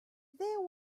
there